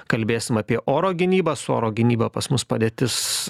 kalbėsim apie oro gynybą su oro gynyba pas mus padėtis